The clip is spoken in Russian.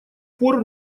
пор